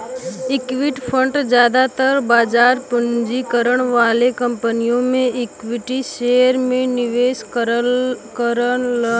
equity fund जादातर बाजार पूंजीकरण वाली कंपनी के इक्विटी शेयर में निवेश करलन